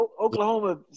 Oklahoma